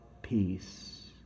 peace